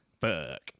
fuck